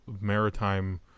maritime